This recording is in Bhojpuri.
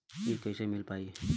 इ कईसे मिल पाई?